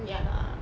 ya lah